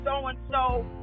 so-and-so